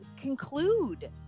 conclude